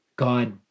God